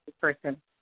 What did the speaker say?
person